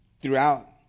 Throughout